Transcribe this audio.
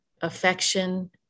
affection